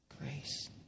grace